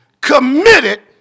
committed